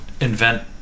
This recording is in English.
invent